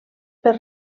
per